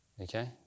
Okay